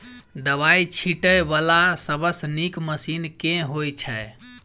दवाई छीटै वला सबसँ नीक मशीन केँ होइ छै?